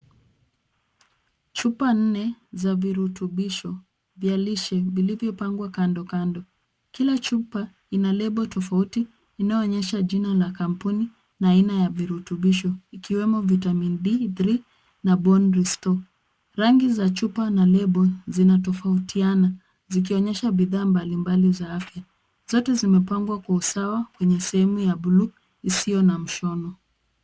Chupa nne za virutubisho vya lishe vilivyopangwa kando kando. Kila chupa ina lebo tofauti inayoonyesha jina la kampuni na aina ya virutubisho ikiwemo vitamin D3 na Bone Restore(cs]. Rangi za chupa na lebo zinatofautiana, zikionyesha bidhaa mbali mbali za afya. Zote zimepangwa kwa usawa kwenye sehemu ya buluu isiyo na mshono.